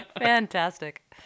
Fantastic